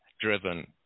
driven